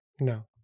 No